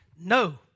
no